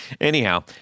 Anyhow